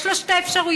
יש לו שתי אפשרויות: